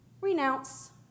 Renounce